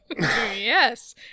Yes